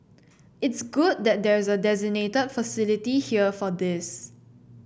it's good that there's a designated facility here for this